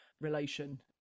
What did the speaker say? relation